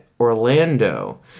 Orlando